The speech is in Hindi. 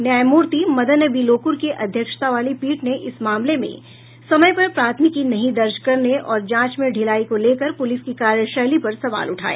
न्यायमूर्ति मदन बी लोकूर की अध्यक्षता वाली पीठ ने इस मामले में समय पर प्राथमिकी नहीं दर्ज करने और जांच में ढिलाई को लेकर पुलिस की कार्यशैली पर सवाल उठाया